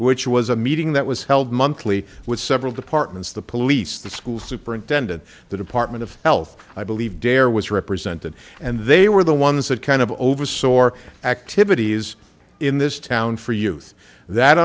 which was a meeting that was held monthly with several departments the police the school superintendent the department of health i believe dare was represented and they were the ones that kind of over sore activities in this town for youth that